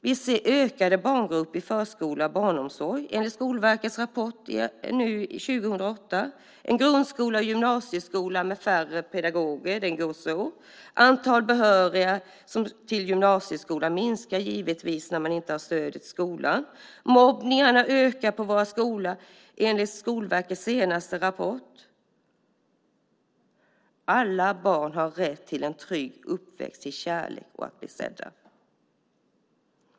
Barngrupperna ökar i förskola och barnomsorg enligt Skolverkets rapport från 2008. Vi ser en grundskola och en gymnasieskola med färre pedagoger. Antalet behöriga till gymnasieskolan minskar givetvis när man inte har stödet i skolan. Enligt Skolverkets senaste rapport ökar mobbningen på våra skolor. Alla barn har rätt till en trygg uppväxt, till kärlek och att bli sedda.